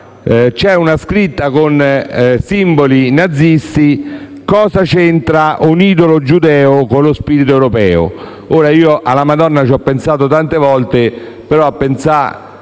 la scritta, con simboli nazisti: «cosa c'entra un idolo giudeo con lo spirito europeo?». Ora io alla Madonna ho pensato tante volte, ma ritengo